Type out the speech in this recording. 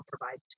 provide